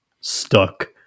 stuck